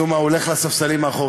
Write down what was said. משום מה הוא הולך לספסלים האחוריים.